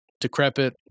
decrepit